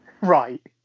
Right